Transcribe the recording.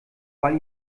weil